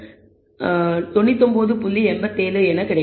87 என கிடைக்கும்